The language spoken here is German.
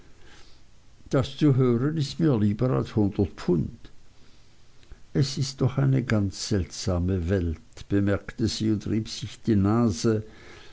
das zu hören ist mir lieber als hundert pfund es ist doch eine ganz seltsame welt bemerkte sie und rieb sich die nase